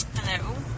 Hello